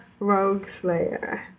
Rogueslayer